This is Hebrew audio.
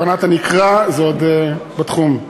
הבנת הנקרא זה עוד בתחום.